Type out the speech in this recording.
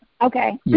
Okay